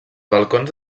balcons